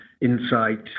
insight